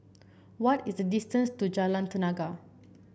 what is the distance to Jalan Tenaga